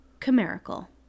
chimerical